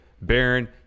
Baron